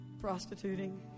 prostituting